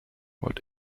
what